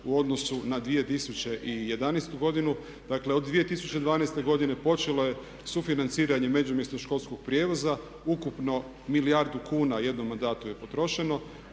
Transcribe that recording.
u odnosu na 2011.godinu. Dakle, od 2012. godine počelo je sufinanciranje međumjesnog školskog prijevoza, ukupno milijardu kuna u jednom mandatu je potrošeno.